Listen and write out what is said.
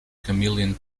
chameleon